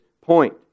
point